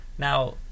Now